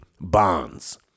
bonds